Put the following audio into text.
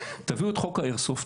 תביאו את ׳חוק ה- Air soft׳,